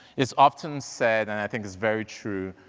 it's often said, and i think it's very true,